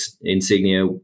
Insignia